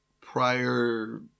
prior